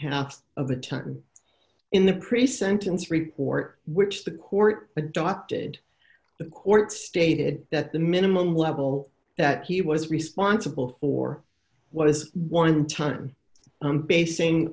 half of the time in the pre sentence report which the court adopted the court stated that the minimum level that he was responsible for what is one time i'm basing